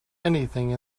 anything